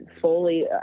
fully